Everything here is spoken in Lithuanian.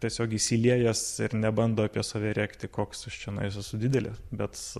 tiesiog įsiliejęs ir nebando apie save rėkti koks aš čionais esu didelis bet